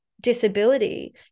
disability